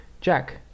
Jack